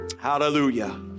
Hallelujah